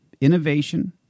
innovation